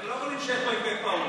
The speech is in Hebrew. אנחנו לא יכולים לשבת פה עם פה פעור,